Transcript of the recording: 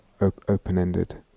open-ended